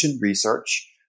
research